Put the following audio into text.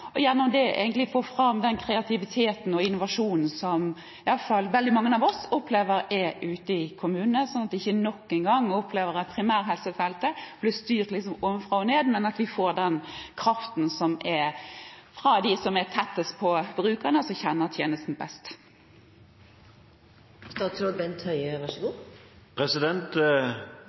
og gjennom det få fram den kreativiteten og innovasjonen som iallfall veldig mange av oss opplever er ute i kommunene, slik at en ikke nok en gang opplever at primærhelsefeltet blir styrt ovenfra og ned, men at vi får den kraften som er fra dem som er tettest på brukerne, og som kjenner tjenesten best? Vi beholder ideen om kommunens rolle i primærhelsetjenesten – og det kommer godt